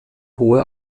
hohe